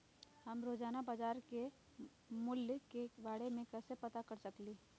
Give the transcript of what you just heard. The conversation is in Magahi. हम रोजाना बाजार के मूल्य के के बारे में कैसे पता कर सकली ह?